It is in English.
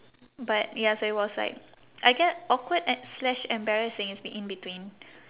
but ya so it was like I guess awkward a~ slash embarrassing it's in between